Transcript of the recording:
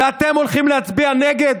ואתם הולכים להצביע נגד?